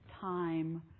time